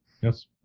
Yes